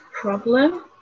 problem